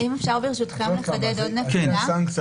לא תוטל סנקציה